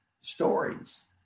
stories